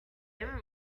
giving